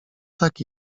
tak